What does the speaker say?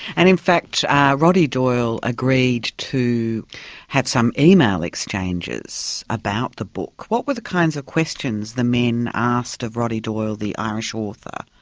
and in fact roddy doyle agreed to have some email exchanges about the book. what were the kinds of questions the men asked of roddy doyle, the irish author?